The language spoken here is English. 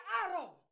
arrow